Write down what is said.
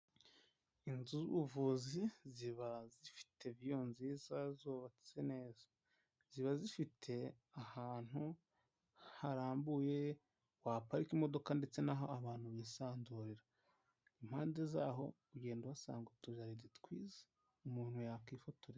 Inzu z'ubuvuzi ziba zifite view nziza zubatse neza, ziba zifite ahantu harambuye waparika imodoka ndetse naho abantu bisanzurira, impande zaho ugenda uhasanga utujaride twiza umuntu yakwifotore...